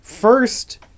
First